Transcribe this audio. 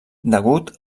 degut